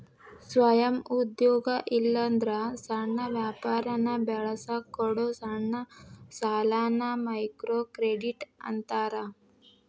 ಸ್ವಯಂ ಉದ್ಯೋಗ ಇಲ್ಲಾಂದ್ರ ಸಣ್ಣ ವ್ಯಾಪಾರನ ಬೆಳಸಕ ಕೊಡೊ ಸಣ್ಣ ಸಾಲಾನ ಮೈಕ್ರೋಕ್ರೆಡಿಟ್ ಅಂತಾರ